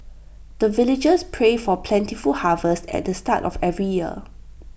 the villagers pray for plentiful harvest at the start of every year